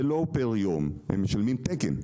זה לא פר יום, הם משלמים תקן.